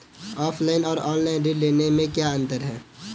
Offline और online ऋण लेने में क्या अंतर है?